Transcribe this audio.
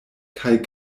kaj